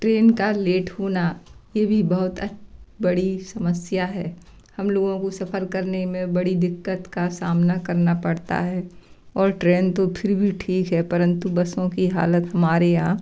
train का late होना ये भी बहुत बड़ी समस्या है हम लोगों को सफ़र करने में बड़ी दिक्कत का सामना करना पड़ता है और ट्रेन तो फिर भी ठीक है परंतु बसों की हालत हमारे यहाँ